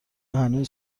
هنوز